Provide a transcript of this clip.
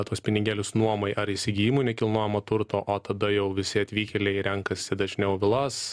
tuos pinigėlius nuomai ar įsigijimui nekilnojamo turto o tada jau visi atvykėliai renkasi dažniau vilas